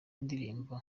ndirimbo